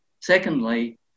Secondly